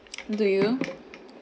do you